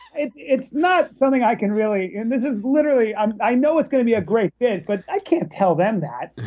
it's it's not something i can really this is literally i know it's going to be a great bit, but i can't tell them that.